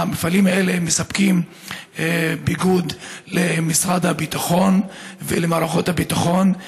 המפעלים האלה מספקים ביגוד למשרד הביטחון ולמערכות הביטחון.